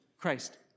Christ